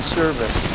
service